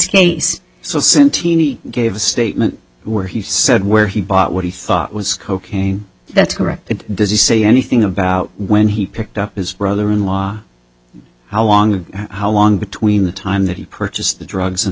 case so since he gave a statement where he said where he bought what he thought was cocaine that's correct does he say anything about when he picked up his brother in law how long how long between the time that he purchased the drugs and